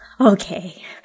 okay